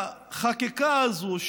החקיקה הזאת,